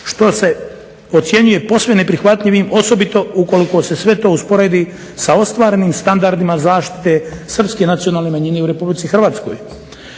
što se ocjenjuje posve neprihvatljivim osobito ukoliko se sve to usporedi sa ostvarenim standardima zaštite srpske nacionalne manjine u RH. Predstavnici Hrvata